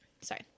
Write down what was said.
sorry